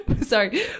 Sorry